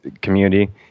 community